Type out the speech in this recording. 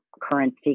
currency